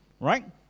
right